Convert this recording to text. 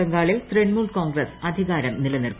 ബംഗാളിൽ തൃണമൂൽ കോൺഗ്രസ് അധികാരം നിലനിർത്തി